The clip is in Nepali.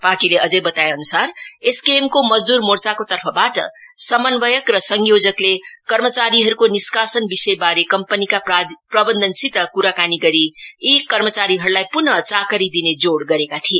पार्टीले अझै बताए अनुसार एसकेएम को मजदूर मोर्चाको तर्फबाट समन्वयक र संयोजकले कर्मचारीहरुको निष्कासन विषयबारे कम्पनीका प्रबन्धनसित कुराकानी गरी यी कर्मचारीहरुलाई पुन चाकरी दिने जोड़ गरेको थिए